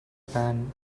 pan